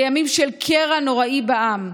כימים של קרע נוראי בעם.